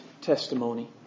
testimony